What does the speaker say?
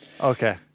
okay